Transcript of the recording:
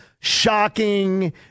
shocking